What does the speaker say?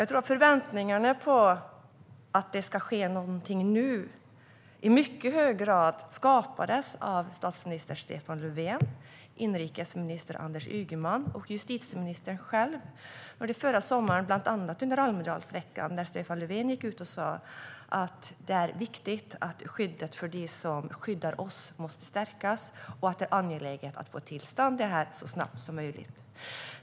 Jag tror att förväntningarna på att det ska ske någonting nu i mycket hög grad skapades av statsminister Stefan Löfven, inrikesminister Anders Ygeman och justitieministern själv under förra sommaren, bland annat under Almedalsveckan då Stefan Löfven gick ut och sa att skyddet för dem som skyddar oss måste stärkas och att det är angeläget att få till stånd detta så snabbt som möjligt.